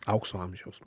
aukso amžiaus